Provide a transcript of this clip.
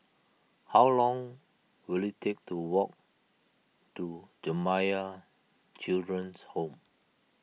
how long will it take to walk to Jamiyah Children's Home